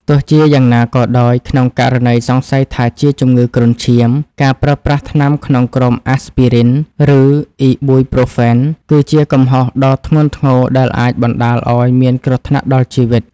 ទោះជាយ៉ាងណាក៏ដោយ ក្នុងករណីសង្ស័យថាជាជំងឺគ្រុនឈាម ការប្រើប្រាស់ថ្នាំក្នុងក្រុមអាស្ពីរីន (Aspirin) ឬអុីប៊ុយប្រូហ្វែន (Ibuprofen) គឺជាកំហុសដ៏ធ្ងន់ធ្ងរដែលអាចបណ្តាលឱ្យមានគ្រោះថ្នាក់ដល់ជីវិត។